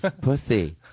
Pussy